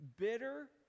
bitter